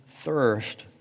thirst